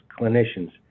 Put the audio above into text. clinicians